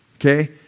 Okay